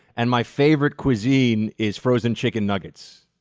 and my favorite cuisine is frozen chicken nuggets.